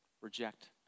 reject